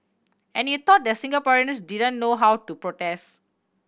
and you thought that Singaporeans didn't know how to protest